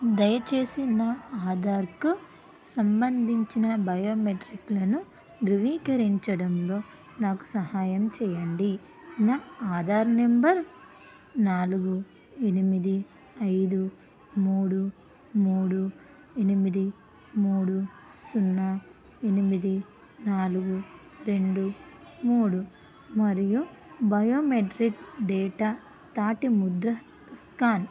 దయచేసి నా ఆధార్కు సంబంధించిన బయోమెట్రిక్లను ధృవీకరించడంలో నాకు సహాయం చెయ్యండి న ఆధార్ నెంబర్ నాలుగు ఎనిమిది ఐదు మూడు మూడు ఎనిమిది మూడు సున్నా ఎనిమిది నాలుగు రెండు మూడు మరియు బయోమెట్రిక్ డేటా తాటి ముద్ర స్కాన్